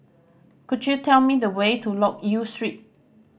could you tell me the way to Loke Yew Street